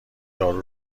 دارو